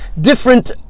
different